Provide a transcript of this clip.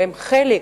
והם חלק,